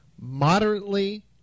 moderately